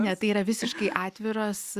ne tai yra visiškai atviros